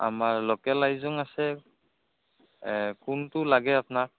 আমাৰ লোকেল আইজং আছে কোনটো লাগে আপোনাক